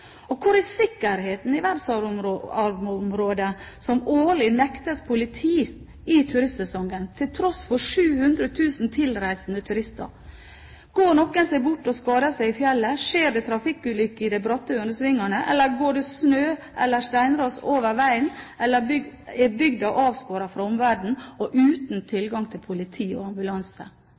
Og hvor er sikkerheten i verdensarvområdet, som årlig nektes politi i turistsesongen til tross for 700 000 tilreisende turister? Går noen seg bort og skader seg i fjellet, skjer det trafikkulykker i de bratte Ørnesvingene, eller går det snø- eller steinras over veien, er bygda avskåret fra omverdenen og uten tilgang til politi og ambulanse.